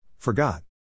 Forgot